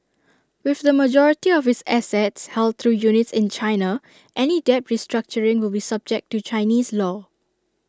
with the majority of its assets held through units in China any debt restructuring will be subject to Chinese law